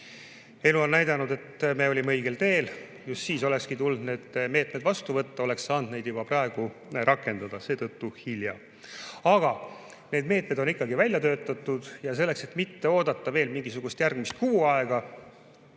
Elu on näidanud, et me olime õigel teel, just siis olekski tulnud need meetmed vastu võtta ja oleks saanud neid juba praegu rakendada. Seetõttu: hilja. Aga need meetmed on ikkagi välja töötatud ja selleks, et mitte oodata veel mingisugune järgmine kuu aega,